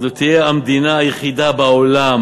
זו תהיה המדינה היחידה בעולם